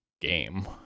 game